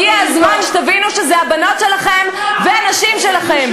הגיע הזמן שתבינו שאלה הבנות שלכם והנשים שלכם.